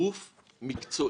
מי גרם לזה שהיה שינוי?